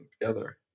together